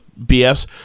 BS